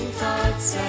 thoughts